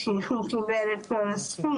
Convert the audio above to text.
כי הוא לא קיבל את כל הסכום.